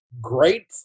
great